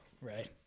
right